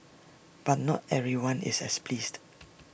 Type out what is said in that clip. but not everyone is as pleased